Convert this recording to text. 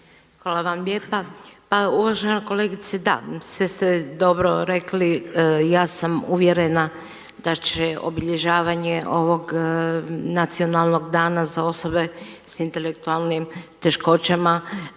Hvala vam lijepa. Pa uvažena kolegice da, sve ste dobro rekli ja sam uvjerena da će obilježavanje ovog nacionalnog dana za osobe s intelektualnim teškoćama